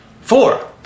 Four